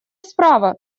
справа